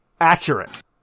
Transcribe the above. Accurate